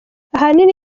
ahanini